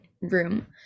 room